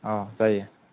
औ जायो